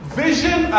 vision